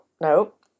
nope